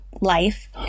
life